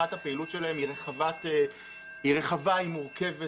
הפעילות שלהם היא רחבה, היא מורכבת.